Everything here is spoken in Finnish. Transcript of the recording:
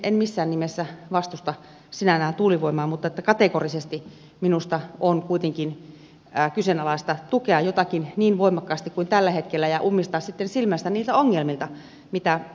en missään nimessä vastusta sinällään tuulivoimaa mutta kategorisesti minusta on kuitenkin kyseenalaista tukea jotakin niin voimakkaasti kuin tällä hetkellä ja ummistaa sitten silmänsä niiltä ongelmilta mitä on tullut